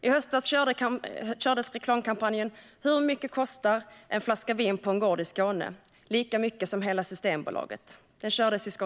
I höstas kördes en reklamkampanj i skånska tidningar: Hur mycket kostar en flaska vin på en gård i Skåne? Lika mycket som hela Systembolaget.